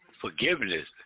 forgiveness